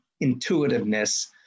intuitiveness